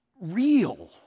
real